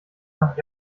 nach